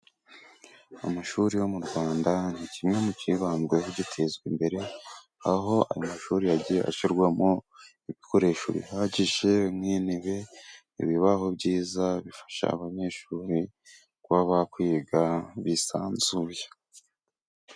Amashuri yo mu Rwanda ni kimwe mu byibanzweho bitezwa imbere. Aho amashuri yagiye ashyirwamo ibikoresho bihagije nk'ibibaho byiza bifasha abanyeshuri kuba bakwiga bisanzuye.